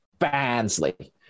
Bansley